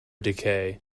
decay